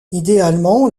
idéalement